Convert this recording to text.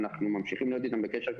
אנחנו ממשיכים להיות איתם בקשר,